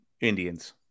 indians